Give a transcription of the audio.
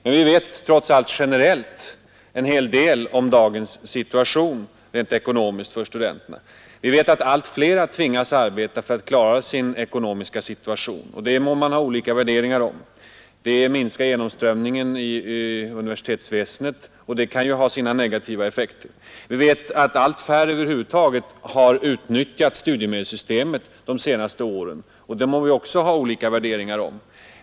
Men vi vet trots allt generellt en hel del om dagens situation för studenterna rent ekonomiskt. Vi vet att allt flera tvingas arbeta för att klara sin ekonomiska situation, och det må man ha olika värderingar av. Detta minskar genomströmningen i universitetsväsendet, och det kan ha sina negativa effekter. Vi vet att allt färre över huvud taget har utnyttjat studiemedelssystemet de senaste åren. Detta må vi också ha olika värderingar av.